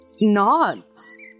nods